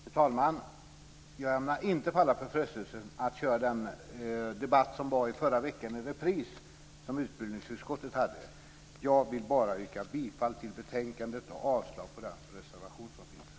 Fru talman! Jag ämnar inte falla för frestelsen att köra den debatt som utbildningsutskottet hade i förra veckan i repris. Jag vill bara yrka bifall till förslaget i betänkandet och avslag på den reservation som finns.